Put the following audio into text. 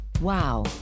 Wow